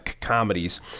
comedies